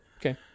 Okay